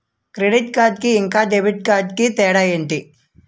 Credit card కి ఇంకా debit card కి తేడా ఏంటి?